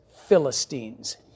Philistines